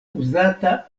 uzata